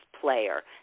player